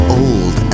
old